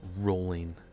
rolling